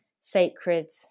sacred